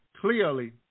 clearly